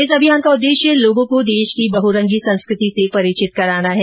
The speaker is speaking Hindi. इस अभियान का उददेश्य लोगों को देश की बहुरंगी संस्कृति से परिचित कराना है